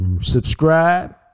subscribe